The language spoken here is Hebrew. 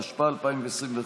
התשפ"א 2021,